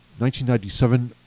1997